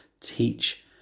teach